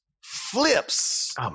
flips